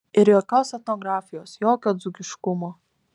ir jokios etnografijos jokio dzūkiškumo